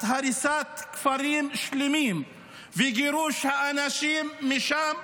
הריסת כפרים שלמים וגירוש האנשים משם,